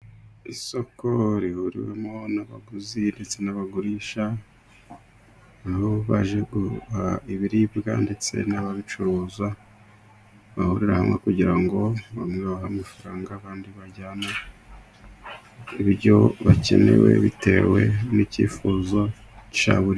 Isoko rihuriwemo n'abaguzi ndetse n'abagurisha, aho baje guhaha ibiribwa ndetse n'ababicuruza, bahurira hamwe kugira ngo bamwe babahe amafaranga, abandi bajyane ibyo bakeneye bitewe n'icyifuzo cyabo.